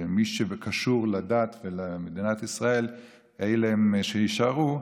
מי שקשורים לדת ולמדינת ישראל הם שיישארו.